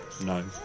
No